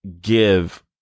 give